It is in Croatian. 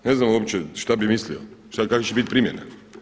Ne znam uopće šta bih mislio, kakva će bit primjena.